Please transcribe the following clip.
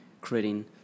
creating